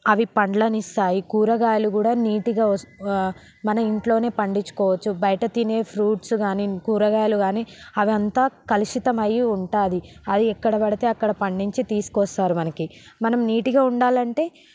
అవి పండ్లనిస్తాయి కూరగాయలు కూడా నీటిగా వస్ మన ఇంట్లోనే పండిచ్చుకోవచ్చు బయట తినే ఫ్రూట్స్ కానీ కూరగాయలు కాని అవంత కలుషితమయి ఉటుంది అయి ఎక్కడపడితే అక్కడ పండించి తీసుకొస్తారు మనకి మనం నీట్గా ఉండాలంటే